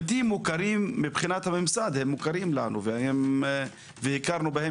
הבלתי מוכרים מבחינת הממסד הם מוכרים לנו והכרנו בהם